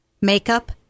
makeup